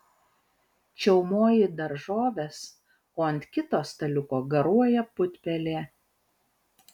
čiaumoji daržoves o ant kito staliuko garuoja putpelė